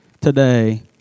today